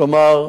כלומר,